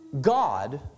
God